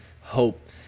hope